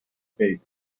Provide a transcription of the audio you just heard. bait